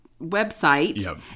website